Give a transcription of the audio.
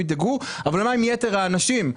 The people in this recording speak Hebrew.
אבל מה עם יתר האנשים?